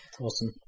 Awesome